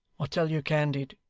i tell you candid